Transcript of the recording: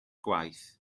gwaith